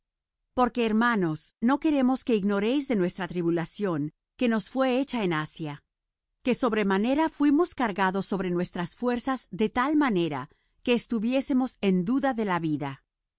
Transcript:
porque hermanos no queremos que ignoréis de nuestra tribulación que nos fué hecha en asia que sobremanera fuimos cargados sobre nuestras fuerzas de tal manera que estuviésemos en duda de la vida